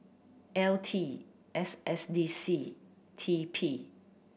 L T S S D C T P